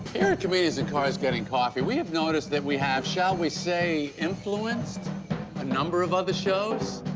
comedians in cars getting coffee, we have noticed that we have, shall we say, influenced a number of other shows.